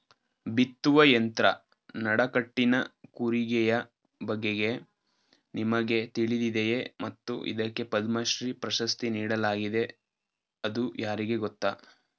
ಬಿತ್ತುವ ಯಂತ್ರ ನಡಕಟ್ಟಿನ ಕೂರಿಗೆಯ ಬಗೆಗೆ ನಿಮಗೆ ತಿಳಿದಿದೆಯೇ ಮತ್ತು ಇದಕ್ಕೆ ಪದ್ಮಶ್ರೀ ಪ್ರಶಸ್ತಿ ನೀಡಲಾಗಿದೆ ಅದು ಯಾರಿಗೆ ಗೊತ್ತ?